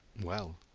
well,